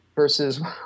Versus